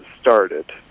started